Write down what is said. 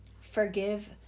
Forgive